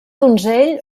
donzell